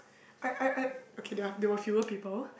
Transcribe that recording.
I I I okay there are there were fewer people